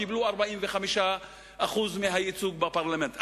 קיבלו 45% מהייצוג בפרלמנט.